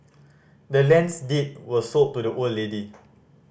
the land's deed was sold to the old lady